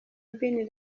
bin